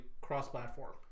cross-platform